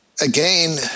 Again